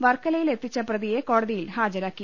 വർക്കലയിൽ എത്തിച്ച പ്രതിയെ കോടതിയിൽ ഹാജരാക്കി